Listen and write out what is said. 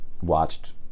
watched